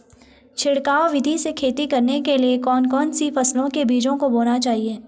छिड़काव विधि से खेती करने के लिए कौन कौन सी फसलों के बीजों को बोना चाहिए?